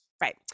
Right